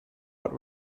what